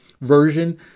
version